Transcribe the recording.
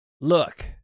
Look